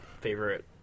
favorite